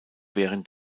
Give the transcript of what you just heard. während